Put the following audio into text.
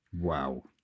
Wow